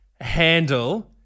handle